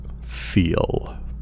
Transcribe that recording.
feel